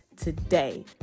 today